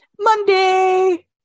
Monday